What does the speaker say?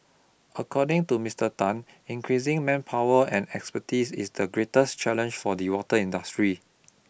according to Mister Tan increasing manpower and expertise is the greatest challenge for the water industry